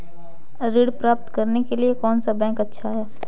ऋण प्राप्त करने के लिए कौन सा बैंक अच्छा है?